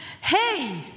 hey